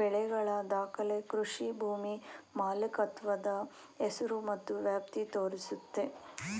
ಬೆಳೆಗಳ ದಾಖಲೆ ಕೃಷಿ ಭೂಮಿ ಮಾಲೀಕತ್ವದ ಹೆಸರು ಮತ್ತು ವ್ಯಾಪ್ತಿ ತೋರಿಸುತ್ತೆ